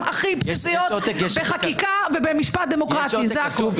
הכי בסיסיות בחקיקה ובמשפט דמוקרטי זה הכול.